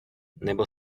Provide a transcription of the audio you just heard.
nebo